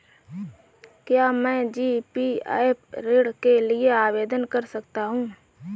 क्या मैं जी.पी.एफ ऋण के लिए आवेदन कर सकता हूँ?